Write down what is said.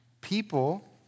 People